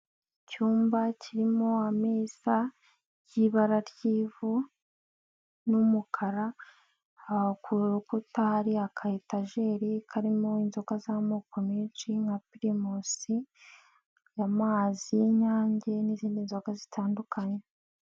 Icyumba kirimo ameza y'ibara ry'ivu n'umukara, ku rukuta hari aka etajeri, karimo inzoga z'amoko menshi nka pirimusi, amazi y'inyange n'izindi nzoga zitandukanye.